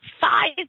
five